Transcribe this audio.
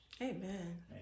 amen